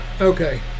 Okay